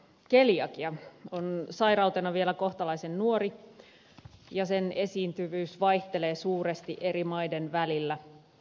keliakia on sairautena vielä kohtalaisen nuori ja sen esiintyvyys vaihtelee suuresti eri maiden välillä